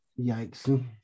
Yikes